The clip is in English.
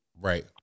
Right